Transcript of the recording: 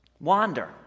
wander